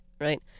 right